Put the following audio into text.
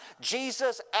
Jesus